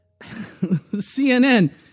CNN